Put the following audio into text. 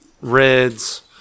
reds